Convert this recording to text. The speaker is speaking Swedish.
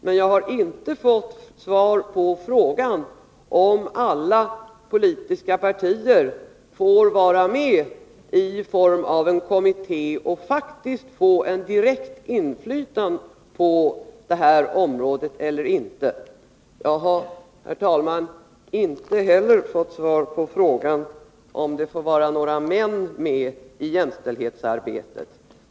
Men jag har inte fått svar på frågan om alla politiska partier får vara med och arbeta i en kommitté och därmed få ett faktiskt, direkt inflytande på det här området. Jag har, herr talman, inte heller fått svar på frågan om det får vara några män med i jämställdhetsarbetet.